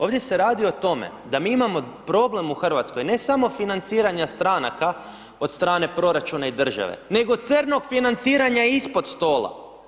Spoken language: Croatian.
Ovdje se radi o tome, da mi imao problem u Hrvatskoj, ne samo financiranja stranaka od strane proračuna i države, nego crnog financiranja ispod stola.